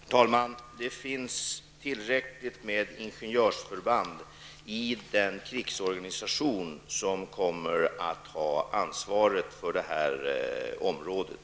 Herr talman! Det finns tillräckligt med ingenjörsförband i den krigsorganisation som kommer att ha ansvaret för detta område.